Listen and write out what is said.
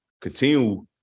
continue